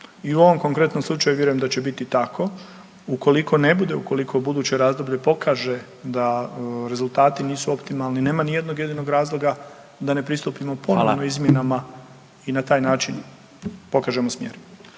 I u ovom konkretnom slučaju vjerujem da će biti tako. Ukoliko ne bude, ukoliko buduće razdoblje pokaže da rezultati nisu optimalni, nema ni jednog jedinog razloga da ne pristupimo ponovno …/Upadica: Hvala./… izmjenama i na taj način pokažemo smjer.